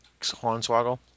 Hornswoggle